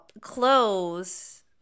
clothes